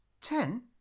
Ten